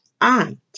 Aunt